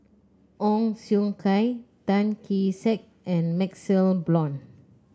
Ong Siong Kai Tan Kee Sek and MaxLe Blond